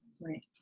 Right